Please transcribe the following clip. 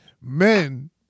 men